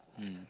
mm